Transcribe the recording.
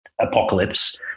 apocalypse